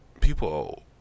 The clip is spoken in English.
People